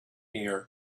year